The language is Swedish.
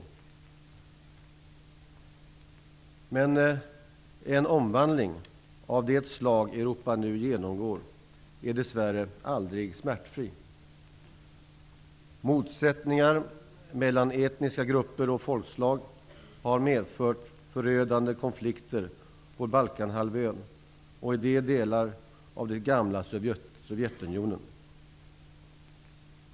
Men en omvandling av det slag Europa nu genomgår är dessvärre aldrig smärtfri. Motsättningar mellan etniska grupper och folkslag har medfört förödande konflikter på Balkanhalvön och i delar av det gamla Sovjetunionen.